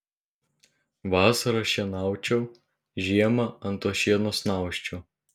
vasarą šienaučiau žiemą ant to šieno snausčiau